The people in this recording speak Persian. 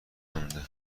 مونده